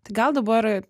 tai gal dabar